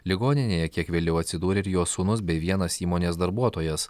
ligoninėje kiek vėliau atsidūrė ir jo sūnus bei vienas įmonės darbuotojas